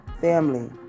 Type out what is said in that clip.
Family